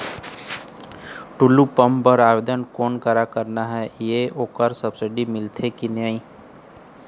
Tullu pump बर आवेदन कोन करा करना ये ओकर सब्सिडी मिलथे की नई?